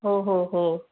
हो हो हो